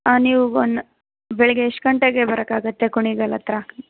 ಹಾಂ ನೀವು ಒನ್ ಬೆಳಗ್ಗೆ ಎಷ್ಟು ಗಂಟೆಗೆ ಬರಕ್ಕಾಗತ್ತೆ ಕುಣಿಗಲ್ ಹತ್ತಿರ